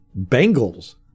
Bengals